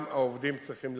גם העובדים צריכים להבין,